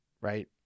right